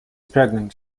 pregnant